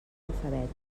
alfabètic